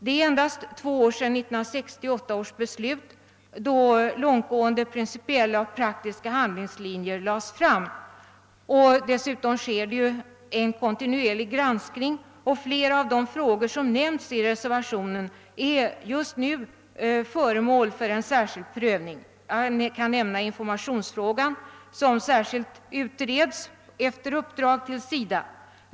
Det är endast två år sedan 1968 års beslut, då långtgående principiella och praktiska handlingslinjer lades fast. Dessutom sker en kontinuerlig granskning, och flera av de frågor som nämns i reservationen är just nu föremål för särskild prövning. Jag kan nämna informationsfrågan, som särskilt utreds efter uppdrag till SIDA.